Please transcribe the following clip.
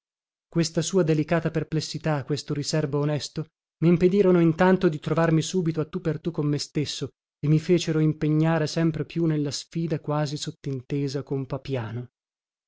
questa sua delicata perplessità questo riserbo onesto mimpedirono intanto di trovarmi subito a tu per tu con me stesso e mi fecero impegnare sempre più nella sfida quasi sottintesa con papiano